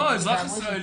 לא, אזרח ישראלי?